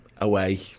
away